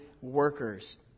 workers